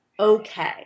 Okay